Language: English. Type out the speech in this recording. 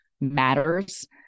matters